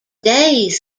days